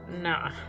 nah